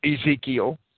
Ezekiel